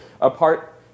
apart